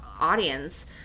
audience